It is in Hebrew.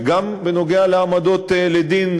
וגם בנוגע להעמדות לדין,